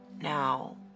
now